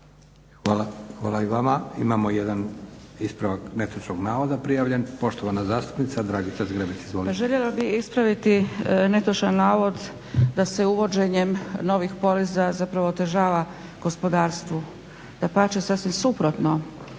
Hvala i vama. Imamo jedan ispravak netočnog navoda prijavljen, poštovana zastupnica Dragica Zgrebec. Izvolite. **Zgrebec, Dragica (SDP)** Pa željela bih ispraviti netočan navod da se uvođenjem novih poreza zapravo otežava gospodarstvu. Dapače, sasvim suprotno